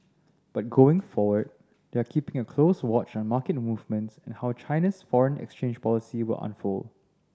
but going forward they are keeping a close watch on market movements and how China's foreign exchange policy will unfold